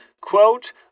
quote